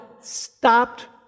stopped